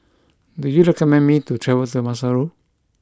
do you recommend me to travel to Maseru